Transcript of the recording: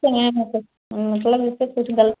सही है सब मतलब उस पर कुछ ग़ल